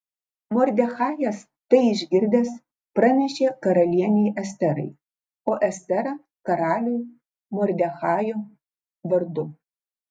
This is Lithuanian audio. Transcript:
mordechajas tai išgirdęs pranešė karalienei esterai o estera karaliui mordechajo vardu